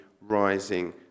rising